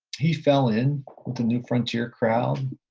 he fell in with the new frontier crowd,